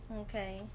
Okay